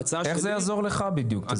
איך זה יעזור לך בדיוק?